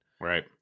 Right